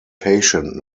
patient